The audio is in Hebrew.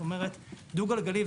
כלומר דו גלגלי,